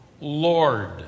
Lord